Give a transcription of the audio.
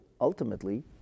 ultimately